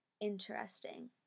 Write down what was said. interesting